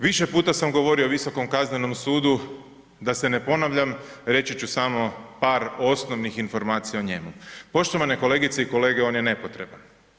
Više puta sam govorio o Visokom kaznenom sudu, da se ne ponavljam, reći ću samo par osnovnih informacija o njemu, poštovane kolegice i kolege on je nepotreban.